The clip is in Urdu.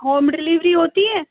ہوم ڈلیوری ہوتی ہے